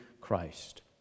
Christ